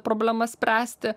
problemas spręsti